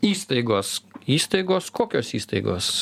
įstaigos įstaigos kokios įstaigos